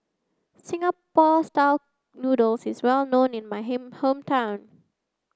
Singapore style noodles is well known in my him hometown